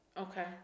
Okay